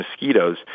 mosquitoes